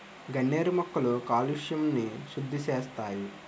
గన్నేరు మొక్కలు కాలుష్యంని సుద్దిసేస్తాయి